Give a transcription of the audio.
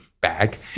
back